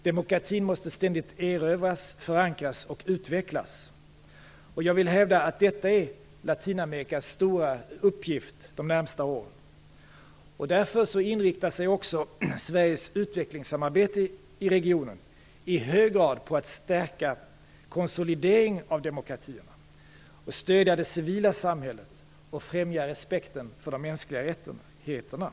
Demokratin måste ständigt erövras, förankras och utvecklas. Jag vill hävda att detta är Latinamerikas stora uppgift de närmaste åren. Därför inriktar sig Sveriges utvecklingssamarbete i regionen i hög grad på att stärka konsolideringen av demokratierna och på att stödja det civila samhället och främja respekten för de mänskliga rättigheterna.